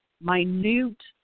minute